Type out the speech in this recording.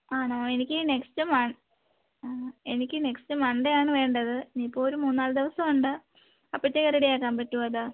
ആണോ എനിക്ക് നെക്സ്റ്റ് മൺ എനിക്ക് നെക്സ്റ്റ് മൺണ്ടേയാണ് വേണ്ടത് ഇനിയിപ്പോൾ ഒരു മൂന്നാലു ദിവസമുണ്ട് അപ്പത്തേക്ക് റെഡിയാക്കാൻ പറ്റുവോ അത്